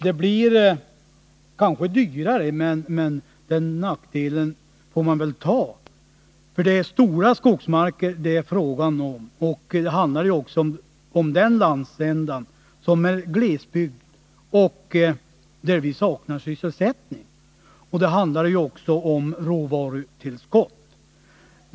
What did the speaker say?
Det blir kanske dyrare, men den nackdelen får man väl ta. Det är stora skogsmarker det är fråga om, och det handlar dessutom om den landsända som är glesbygd och saknar sysselsättning. Det handlar också om råvarutillskott.